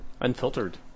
Unfiltered